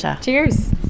Cheers